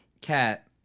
cat